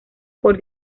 por